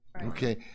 Okay